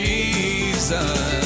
Jesus